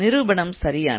நிரூபனம் சரியானது